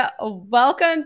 Welcome